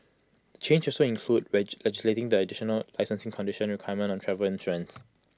changes also include legislating the additional licensing condition requirement on travel insurance